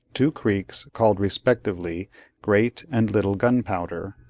two creeks, called respectively great and little gunpowder.